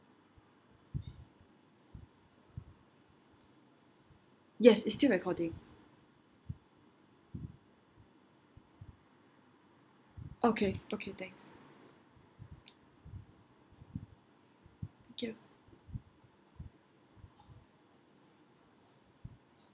yes it's still recording okay okay thanks